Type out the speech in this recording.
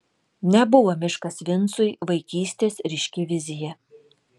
nebuvo miškas vincui vaikystės ryški vizija